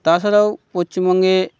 তাছাড়াও পচ্চিমবঙ্গে